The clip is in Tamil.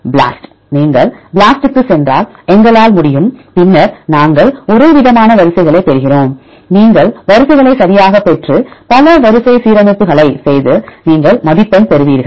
BLAST நீங்கள் BLAST க்குச் சென்றால் எங்களால் முடியும் பின்னர் நாங்கள் ஒரேவிதமான வரிசைகளைப் பெறுகிறோம் நீங்கள் வரிசைகளை சரியாகப் பெற்று பல வரிசை சீரமைப்புகளைச் செய்து நீங்கள் மதிப்பெண் பெறுவீர்கள்